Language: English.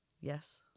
yes